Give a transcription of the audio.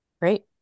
Great